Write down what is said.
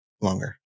longer